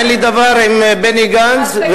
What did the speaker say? אין לי דבר עם בני גנץ,